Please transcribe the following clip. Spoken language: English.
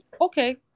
Okay